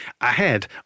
ahead